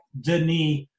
Denis